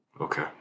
okay